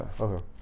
Okay